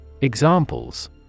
Examples